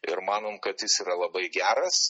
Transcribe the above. ir manom kad jis yra labai geras